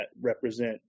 represent